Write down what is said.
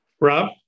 Rob